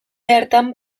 hartan